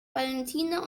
valentina